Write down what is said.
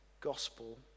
gospel